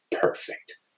Perfect